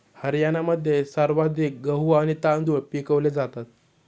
हरियाणामध्ये सर्वाधिक गहू आणि तांदूळ पिकवले जातात